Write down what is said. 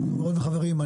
חברים,